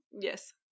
Yes